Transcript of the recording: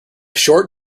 short